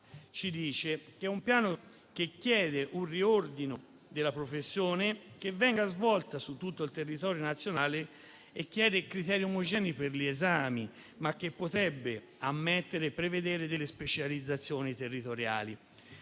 provvedimento e il Piano chiede un riordino della professione, che venga svolta su tutto il territorio nazionale, e criteri omogenei per gli esami, ma potrebbe anche ammettere e prevedere specializzazioni territoriali.